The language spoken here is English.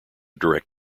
direct